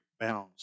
Bounds